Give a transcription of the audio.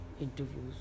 interviews